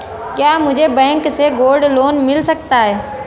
क्या मुझे बैंक से गोल्ड लोंन मिल सकता है?